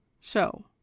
So